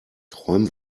träum